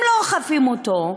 אם לא אוכפים אותו,